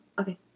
okay